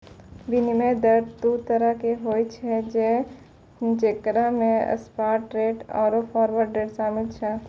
विनिमय दर दु तरहो के होय छै जेकरा मे स्पाट रेट आरु फारवर्ड रेट शामिल छै